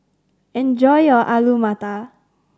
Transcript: enjoy your Alu Matar